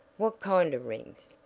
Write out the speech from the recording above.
what kind of rings?